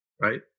right